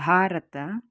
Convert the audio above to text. Bharat